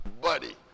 buddy